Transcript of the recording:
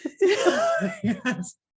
yes